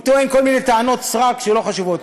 הוא טוען כל מיני טענות סרק לא חשובות.